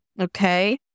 okay